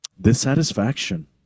dissatisfaction